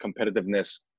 competitiveness